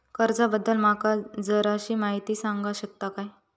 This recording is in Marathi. कर्जा बद्दल माका जराशी माहिती सांगा शकता काय?